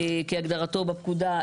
כהגדרתו בפקודה,